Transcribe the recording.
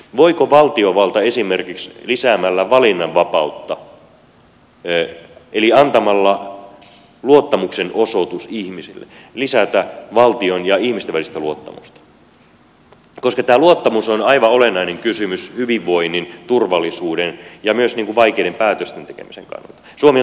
voiko valtiovalta esimerkiksi lisäämällä valinnanvapautta eli antamalla luottamuksenosoituksen ihmisille lisätä valtion ja ihmisten välistä luottamusta koska tämä luottamus on aivan olennainen kysymys hyvinvoinnin turvallisuuden ja myös vaikeiden päätösten tekemisen kannalta